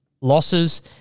losses